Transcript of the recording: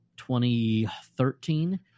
2013